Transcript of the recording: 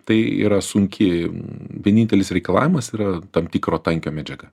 tai yra sunki vienintelis reikalavimas yra tam tikro tankio medžiaga